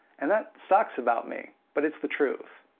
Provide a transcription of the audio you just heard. and that sucks about me, but it's the truth.